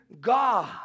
God